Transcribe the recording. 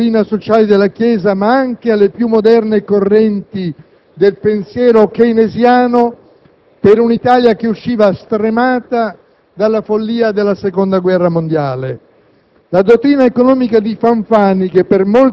ispirato certamente alla dottrina sociale della Chiesa, ma anche alle più moderne correnti del pensiero keynesiano, per un'Italia che usciva stremata dalla follia della Seconda guerra mondiale?